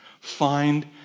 find